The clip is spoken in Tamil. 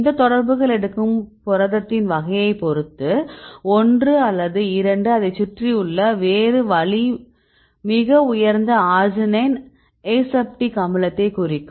இந்த தொடர்புகள் எடுக்கும் புரதத்தின் வகையை பொறுத்து ஒன்று அல்லது இரண்டு அதைச் சுற்றியுள்ள வேறு வழி மிக உயர்ந்த அர்ஜினைன் அசெப்டிக் அமிலத்தை குறிக்கும்